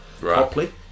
properly